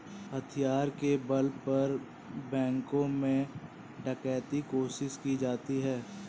हथियार के बल पर बैंकों में डकैती कोशिश की जाती है